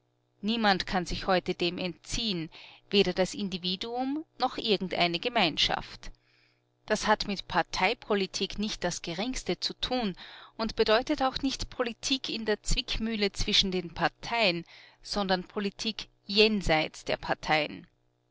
niemand kann sich heute dem entziehen weder das individuum noch irgendeine gemeinschaft das hat mit parteipolitik nicht das geringste zu tun und bedeutet auch nicht politik in der zwickmühle zwischen den parteien sondern politik jenseits der parteien